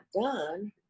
done